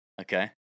Okay